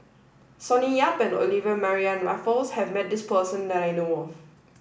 Sonny Yap and Olivia Mariamne Raffles has met this person that I know of